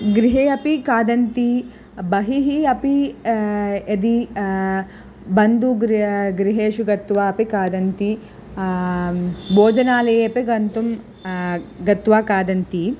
गृहे अपि खादन्ति बहिः अपि यदि बन्धोःगृहेषु गत्वा अपि खादन्ति भोजनालये गन्तुं गत्वा खादन्ति